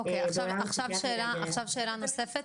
אוקיי, עכשיו שאלה נוספת,